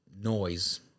noise